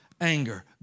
Anger